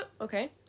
okay